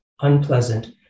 unpleasant